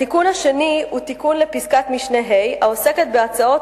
התיקון השני הוא תיקון לפסקת משנה (ה) העוסקת בהצעות